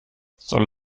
soll